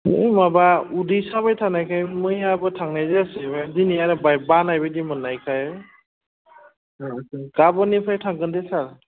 ओइ माबा उदै साबाय थानायखाय मैयाबो थांनाय जायासै दिनै आरो बानाय बायदि मोननायखाय गाबोन निफ्राय थांगोन दे सार